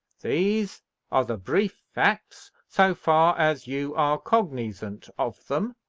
these are the brief facts, so far as you are cognizant of them,